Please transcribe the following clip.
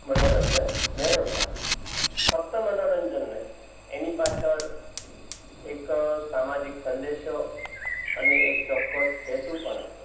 મનોરંજન મેળવતા ફક્ત મનોરંજન નહીં એની પાછળ એક સામાજિક સંદેશો અને એક ચોક્કસ હેતુ પણ હતો